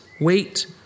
wait